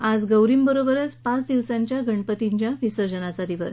आज गौरींबरोबरच पाच दिवसांच्या गणपतींच्या विसर्जनाचा दिवस